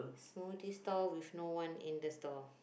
smoothie stall with no one in the stall